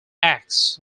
acts